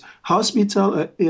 hospital